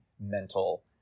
mental